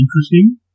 interesting